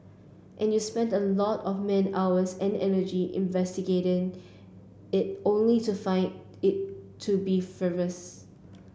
and you spend a lot of man hours and energy investigating it only to find it to be frivolous